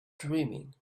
dreaming